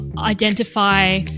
identify